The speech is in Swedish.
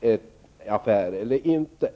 en affär eller inte.